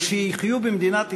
לכשיחיו במדינת ישראל,